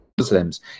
Muslims